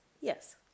Yes